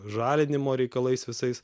žalinimo reikalais visais